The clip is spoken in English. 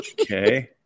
Okay